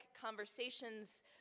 conversations